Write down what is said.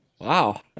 Wow